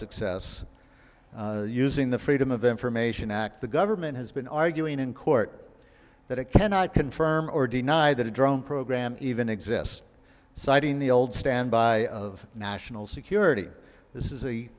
success using the freedom of information act the government has been arguing in court that it cannot confirm or deny that a drone program even exists citing the old standby of national security this is